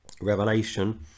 revelation